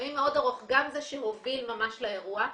גם זה שהוביל ממש לאירוע,